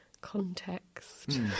context